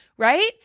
Right